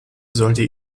sollte